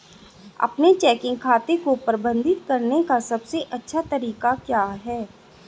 अपने चेकिंग खाते को प्रबंधित करने का सबसे अच्छा तरीका क्या है?